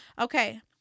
Okay